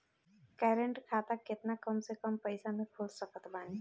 Current खाता केतना कम से कम पईसा से खोल सकत बानी?